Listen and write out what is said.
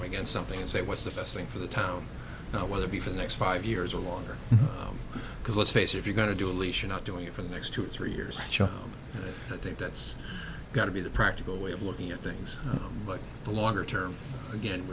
match against something and say what's the best thing for the town now whether it be for the next five years or longer because let's face it if you're going to do aleesha not doing it for the next two or three years i think that's got to be the practical way of looking at things but the longer term again